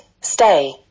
stay